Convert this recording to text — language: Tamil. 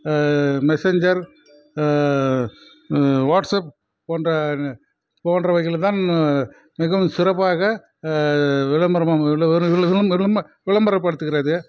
மெஸஞ்சர் வாட்ஸப் போன்ற போன்றவைகளில் தான் மிகவும் சிறப்பாக விளம்பரம் விளம்பரப்படுத்துகிறது